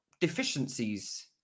deficiencies